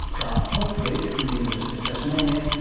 garth paltridge from the university of tasmania,